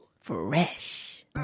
Fresh